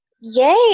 Yay